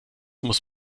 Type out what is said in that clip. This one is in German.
muss